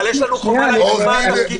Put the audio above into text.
אבל יש לנו חובה להגיד מה התפקיד